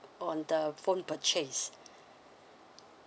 on the phone purchase